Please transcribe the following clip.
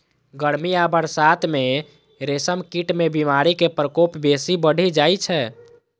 गर्मी आ बरसात मे रेशम कीट मे बीमारी के प्रकोप बेसी बढ़ि जाइ छै